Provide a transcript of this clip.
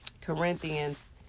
Corinthians